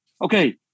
Okay